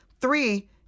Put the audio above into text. three